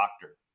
doctor